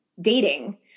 dating